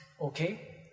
Okay